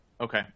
Okay